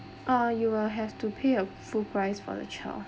uh you will have to pay a full price for the child